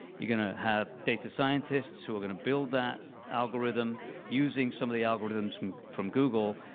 you're going to have data scientists who are going to build that algorithm using some of the algorithms from google.